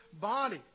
body